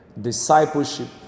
Discipleship